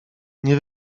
nie